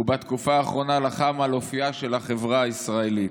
ובתקופה האחרונה לחם על אופייה של החברה הישראלית.